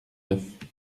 neuf